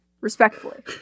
Respectfully